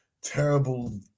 terrible